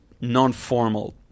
non-formal